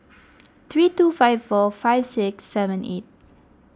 three two five four five six seven eight